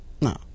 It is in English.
No